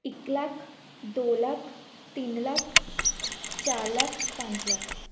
ਇੱਕ ਲੱਖ ਦੋ ਲੱਖ ਤਿੰਨ ਲੱਖ ਚਾਰ ਲੱਖ ਪੰਜ ਲੱਖ